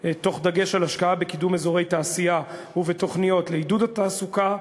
תוך דגש על השקעה בקידום אזורי תעשייה ובתוכניות לעידוד התעסוקה,